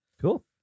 Cool